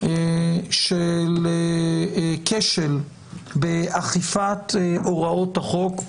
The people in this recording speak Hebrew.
של כשל באכיפת הוראות החוק,